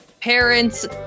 parents